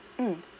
mm